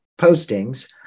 postings